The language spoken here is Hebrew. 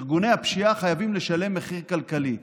ארגוני הפשיעה חייבים לשלם מחיר כלכלי.